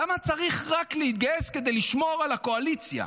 למה צריך להתגייס רק כדי לשמור על הקואליציה?